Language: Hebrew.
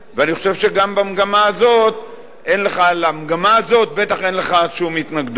ואני חושב שלמגמה הזאת בטח אין לך שום התנגדות.